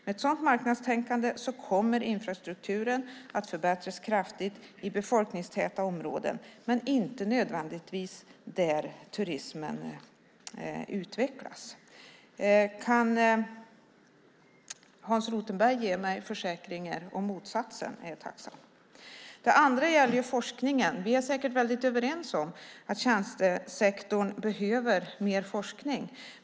Med ett sådant marknadstänkande kommer infrastrukturen att förbättras kraftigt i befolkningstäta områden men inte nödvändigtvis där turismen utvecklas. Kan Hans Rothenberg ge mig försäkringar om motsatsen är jag tacksam. Sedan gäller det forskningen. Vi är säkert väldigt överens om att tjänstesektorn behöver mer forskning.